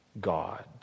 God